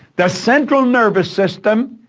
the central nervous system